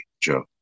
Joe